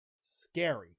scary